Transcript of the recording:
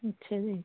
ਅੱਛਿਆ ਜੀ